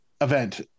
event